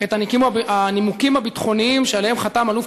את הנימוקים הביטחוניים שעליהם חתם אלוף